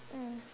mm